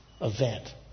event